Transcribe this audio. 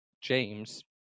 James